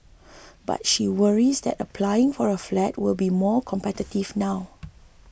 but she worries that applying for a flat will be more competitive now